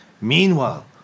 meanwhile